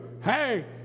hey